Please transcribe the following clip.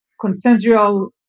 consensual